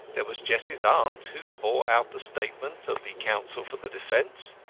there was jessie's aunt, who bore out the statement of the counsel for the defence.